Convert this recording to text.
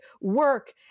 work